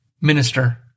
Minister